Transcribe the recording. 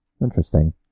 interesting